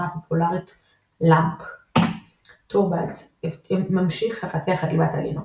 הפופולרית LAMP. טורבאלדס ממשיך לפתח את ליבת הלינוקס.